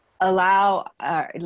allow